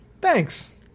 Thanks